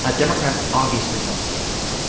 ah democrats obviously don't see it that way